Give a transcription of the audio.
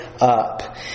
up